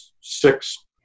six